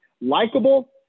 likable